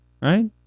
Right